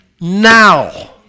Now